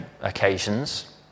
occasions